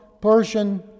Persian